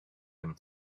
him